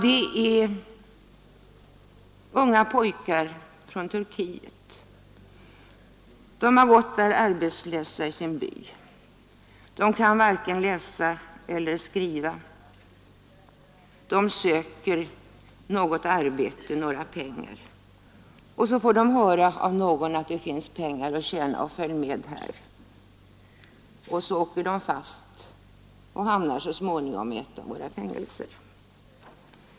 Det är exempelvis unga pojkar från Turkiet. De har gått arbetslösa i sin by, de kan varken läsa eller skriva, de söker något arbete, de behöver pengar. Och så får de höra av någon: ”Här finns det pengar att tjäna, följ med här.” Sedan åker de fast och hamnar så småningom i ett av våra fängelser.